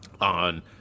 on